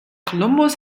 kolumbus